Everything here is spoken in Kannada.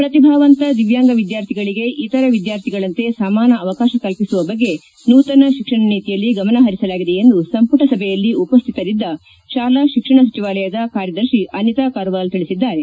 ಪ್ರತಿಭಾವಂತ ದಿವ್ಯಾಂಗ ವಿದ್ಯಾರ್ಥಿಗಳಿಗೆ ಇತರ ವಿದ್ಯಾರ್ಥಿಗಳಂತೆ ಸಮಾನ ಅವಕಾಶ ಕಲ್ಲಿಸುವ ಬಗ್ಗೆ ನೂತನ ಶಿಕ್ಷಣ ನೀತಿಯಲ್ಲಿ ಗಮನ ಪರಿಸಲಾಗಿದೆ ಎಂದು ಸಂಪುಟ ಸಭೆಯಲ್ಲಿ ಉಪಶ್ಥಿತರಿದ್ದ ಶಾಲಾ ಶಿಕ್ಷಣ ಸಚಿವಾಲಯದ ಕಾರ್ಯದರ್ಶಿ ಅನಿತಾ ಕರ್ವಾಲ್ ತಿಳಿಸಿದ್ದಾರೆ